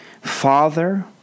Father